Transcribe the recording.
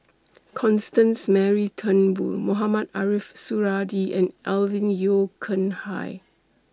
Constance Mary Turnbull Mohamed Ariff Suradi and Alvin Yeo Khirn Hai